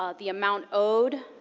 ah the amount owed,